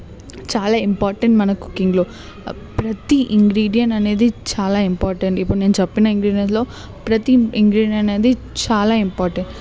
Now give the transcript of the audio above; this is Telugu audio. చాలా ఇంపార్టెంట్ మన కుక్కింగ్లో ప్రతి ఇంగ్రిడియెంట్ అనేది చాలా ఇంపార్టెంట్ ఇప్పుడు నేను చెప్పిన ఇంగ్రిడియెంట్లో ప్రతి ఇంగ్రిడియెంట్ అనేది చాలా ఇంపార్టెంట్